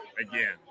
again